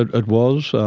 it was,